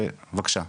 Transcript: בבקשה.